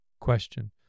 question